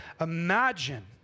imagine